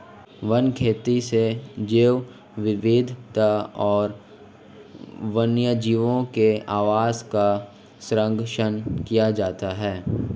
one खेती से जैव विविधता और वन्यजीवों के आवास का सरंक्षण किया जाता है